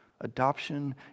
adoption